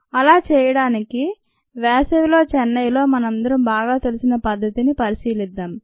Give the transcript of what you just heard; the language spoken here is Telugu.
అలా చేయడానికి వేసవిలో చెన్నైలో మనందరం బాగా తెలిసిన పరిస్థితిని పరిశీలిద్దాం